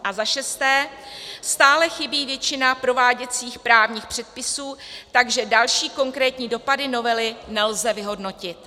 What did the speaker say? A za šesté, stále chybí většina prováděcích právních předpisů, takže další konkrétní dopady novely nelze vyhodnotit.